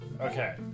Okay